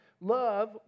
love